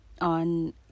on